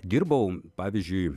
dirbau pavyzdžiui